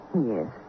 Yes